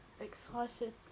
excited